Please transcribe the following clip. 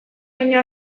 baino